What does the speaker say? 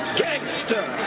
gangster